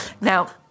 now